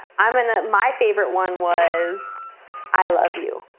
i'm and my favorite one was i love you.